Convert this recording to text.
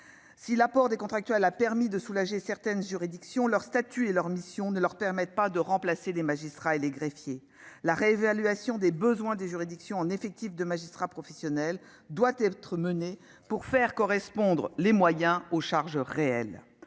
Si l'apport de contractuels a permis de soulager certaines juridictions, le statut et les missions de ces agents ne leur permettent pas de remplacer les magistrats et les greffiers. Une réévaluation des besoins des juridictions en magistrats professionnels doit être menée afin de faire correspondre les moyens avec les charges réelles.